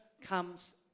comes